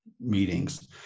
meetings